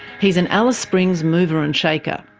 he's an alice springs mover and shaker.